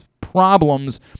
problems